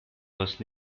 was